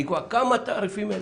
כמה תעריפים?